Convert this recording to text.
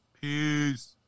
Peace